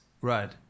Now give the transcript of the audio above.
Right